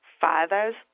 Fathers